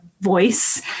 voice